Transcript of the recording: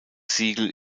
siegel